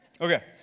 Okay